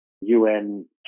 UN